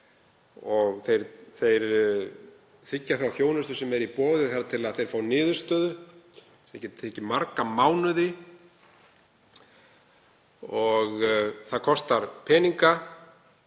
og þeir þiggja þá þjónustu sem er í boði þar til þeir fá niðurstöðu, sem getur tekið marga mánuði. Það kostar peninga.